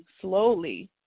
slowly